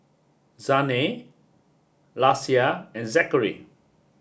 Zhane Lacie and Zackery